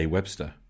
Webster